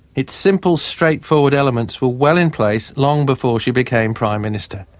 its simple, straightforward elements were well in place long before she became prime minister,